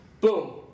boom